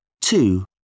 Two